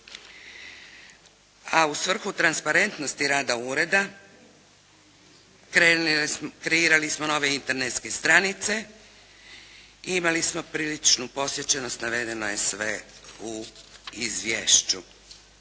A u svrhu transparentnosti rada ureda kreirali smo nove internetske stranice i imali smo priličnu posjećenost. Navedeno je sve u izvješću.